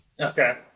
Okay